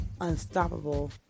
unstoppable